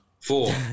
Four